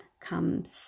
comes